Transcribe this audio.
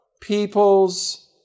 people's